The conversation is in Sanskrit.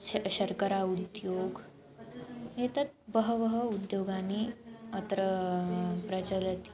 श शर्करा उद्योगः एते बहवः उद्योगाः अत्र प्रचलन्ति